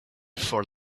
for